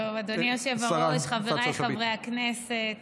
אדוני היושב-ראש, חבריי חברי הכנסת,